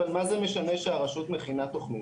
אבל מה זה משנה שרשות מכינה תכנית?